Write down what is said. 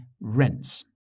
rents